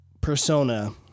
persona